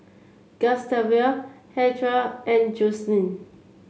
Gustave Hertha and Joseline